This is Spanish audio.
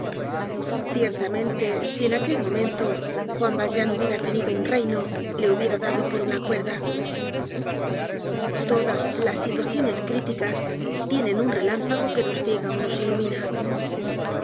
ciertamente si en aquel momento juan valjean hubiera tenido un reino le hubiera dado por una cuerda todas las situaciones críticas tienen un relámpago que nos ciega ó nos ilumina